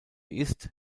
ist